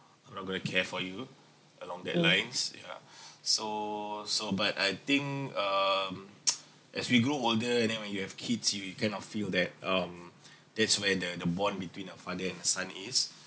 I'm not going to care for you along that lines yeah so so but I think um as we grow older and then when you have kids you kind of feel that um that's where the the bond between a father and son is